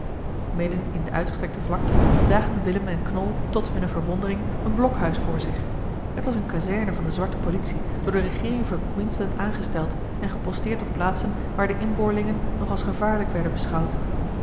midden in de uitgestrekte vlakte zagen willem en knol tot hunne verwondering een blokhuis voor zich t was eene kazerne van de zwarte politie door de regeering van queensland aangesteld en geposteerd op plaatsen waar de inboorlingen nog als gevaarlijk werden beschouwd